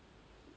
um